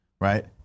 Right